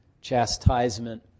chastisement